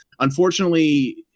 Unfortunately